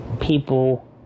people